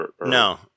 No